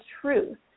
truth